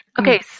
Okay